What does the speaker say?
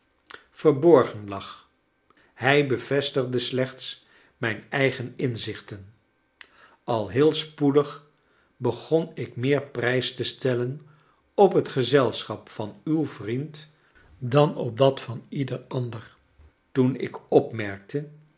verborgen lag hij bevestigde slechts mijn eigen inzichten al heel spoedig begon ik meer prijs te stellen op het gezelschap van uw vriend dan op dat van ieder ander toen ik opmerkte